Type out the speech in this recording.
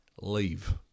Leave